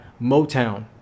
Motown